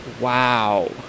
Wow